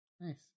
Nice